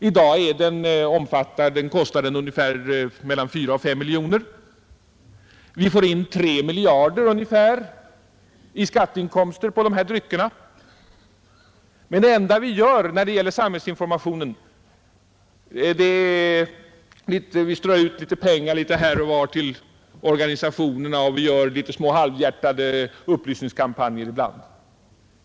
I dag kostar den mellan 4 och 5 miljoner. Vi får in ungefär 3 miljarder i skatteinkomster på dessa drycker. Men det enda vi gör när det gäller samhällsinformationen är att vi strör ut litet pengar här och var till organisationerna och genomför små, halvhjärtade upplysningskampanjer ibland.